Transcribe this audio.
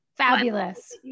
fabulous